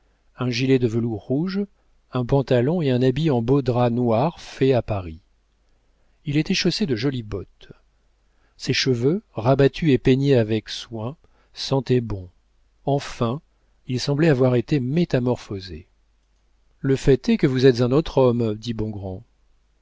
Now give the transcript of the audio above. un gilet de velours rouge un pantalon et un habit en beau drap noir faits à paris il était chaussé de jolies bottes ses cheveux rabattus et peignés avec soin sentaient bon enfin il semblait avoir été métamorphosé le fait est que vous êtes un autre homme dit